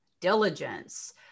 diligence